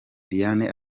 diane